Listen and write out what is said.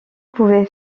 pouvait